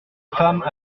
femmes